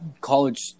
college